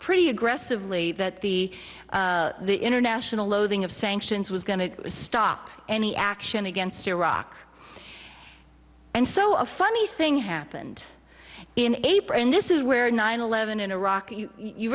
pretty aggressively that the the international loading of sanctions was going to stop any action against iraq and so a funny thing happened in april and this is where nine eleven in iraq